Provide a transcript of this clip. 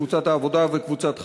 קבוצת העבודה וקבוצת חד"ש,